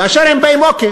כאשר אומרים: אוקיי,